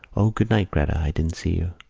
o, good-night, gretta, i didn't see you.